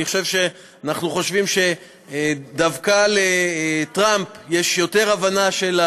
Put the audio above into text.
אני חושב שאנחנו חושבים שדווקא לטראמפ יש יותר הבנה.